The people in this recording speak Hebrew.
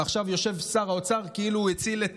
ועכשיו יושב שר האוצר כאילו הוא הציל את